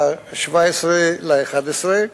ב-17 בנובמבר,